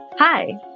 Hi